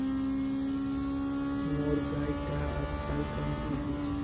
मोर गाय टा अजकालित कम दूध दी छ